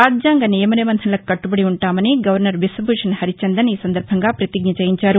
రాజ్యాంగ నియమ నిబంధనలకు కట్టబడి ఉంటామని గవర్నర్ బిశ్వభూషణ్ హరిచందన్ పతిజ్ఞ చేయించారు